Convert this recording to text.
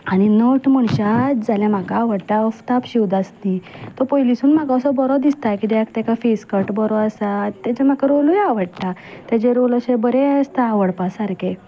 आनी नट म्हणशात जाल्या म्हाका आवडटा अफताब शिवदासनी तो पयलींसून म्हाका असो बरो दिसता किद्याक ताका फेसकट बरो आसा ताजे म्हाका रोलूय आवडटा तेजे रोल अशे बरे आसता आवडपा सारके